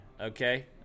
Okay